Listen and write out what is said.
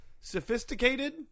sophisticated